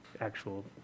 actual